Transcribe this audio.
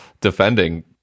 defending